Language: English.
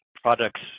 products